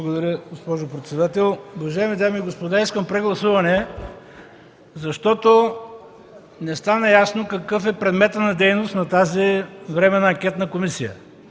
Благодаря, госпожо председател. Уважаеми дами и господа! Искам прегласуване, защото не стана ясно какъв е предметът на дейност на тази временна анкетна комисия.